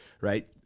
right